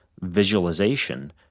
visualization